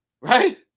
Right